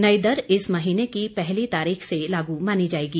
नई दर इस महीने की पहली तारीख से लागू मानी जाएगी